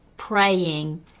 praying